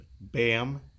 BAM